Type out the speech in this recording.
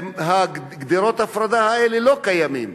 גדרות ההפרדה האלה לא קיימות.